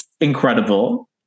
Incredible